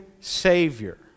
Savior